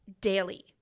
daily